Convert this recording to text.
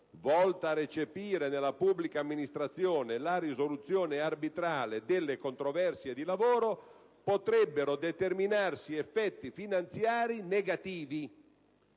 volta a recepire nella pubblica amministrazione la risoluzione arbitrale delle controversie di lavoro, potrebbero determinarsi effetti finanziari negativi».